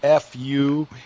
fu